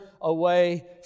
away